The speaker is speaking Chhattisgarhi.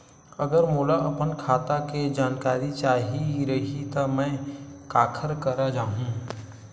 अगर मोला अपन खाता के जानकारी चाही रहि त मैं काखर करा जाहु?